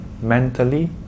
mentally